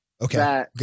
Okay